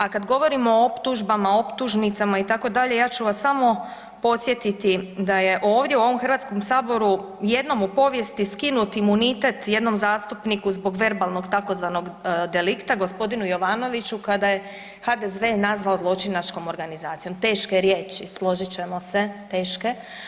A kad govorimo o optužbama, optužnicama itd., ja ću vas samo podsjetiti da je ovdje u ovom HS jednom u povijesti skinut imunitet jednom zastupniku zbog verbalnog tzv. delikta g. Jovanoviću kada je HDZ nazvao zločinačkom organizacijom, teške riječi, složit ćemo se, teške.